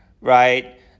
right